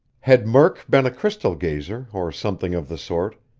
had murk been a crystal gazer or something of the sort,